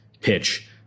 pitch